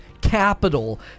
capital